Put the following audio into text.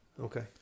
Okay